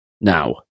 now